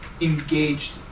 engaged